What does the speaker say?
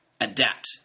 adapt